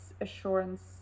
assurance